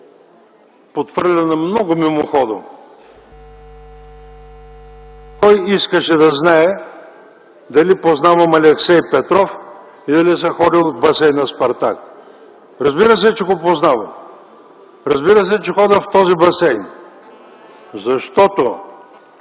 подхвърлена много мимоходом. Кой искаше да знае дали познавам Алексей Петров и дали съм ходил в басейна „Спартак”? Разбира се, че го познавам, разбира се, че ходя в този басейн, защото